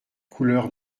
couleur